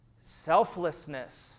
Selflessness